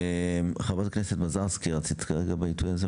חברת הכנסת מזרסקי, רצית להתייחס.